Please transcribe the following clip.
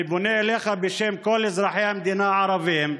אני פונה אליך בשם כל אזרחי המדינה הערבים: